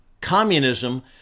communism